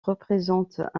représentent